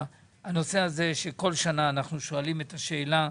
הנושא הזה שכל שנה אנחנו שואלים את השאלה,